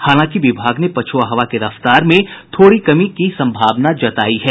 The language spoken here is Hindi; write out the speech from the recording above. हालांकि विभाग ने पछुआ हवा की रफ्तार में थोड़ी कमी की संभावना जतायी है